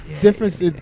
difference